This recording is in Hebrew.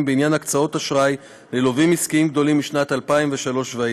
בעניין הקצאות אשראי ללווים עסקיים גדולים משנת 2003 ואילך,